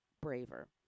Braver